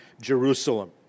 Jerusalem